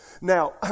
Now